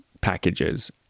packages